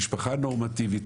משפחה נורמטיבית,